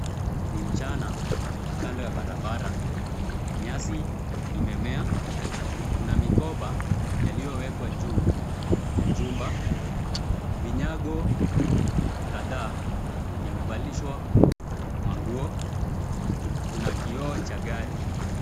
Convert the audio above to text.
Ni mchana. Kando ya barabara nyasi imemea. Kuna mikoba yaliyowekwa juu ya jumba. Vinyago kadhaa yamevalishwa manguo. Kuna kioo cha gari.